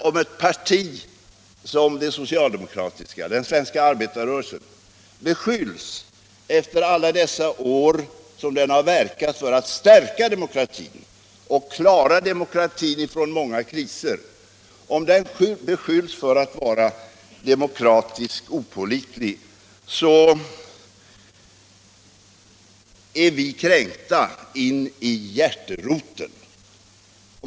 Om ett parti som det socialdemokratiska, den svenska arbetarrörelsen, efter alla de år som det har verkat för att stärka demokratin och klara demokratin ur många kriser beskylls för att vara demokratiskt opålitligt, så blir vi kränkta in i hjärteroten.